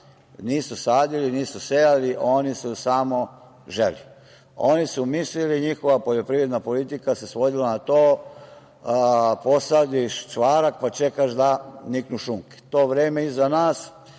nisu sadili, nisu sejali, oni su samo želi. Oni su mislili i njihova poljoprivredna politika se svodila na to – posadiš čvarak, pa čekaš da niknu šunke. To vreme je iza nas.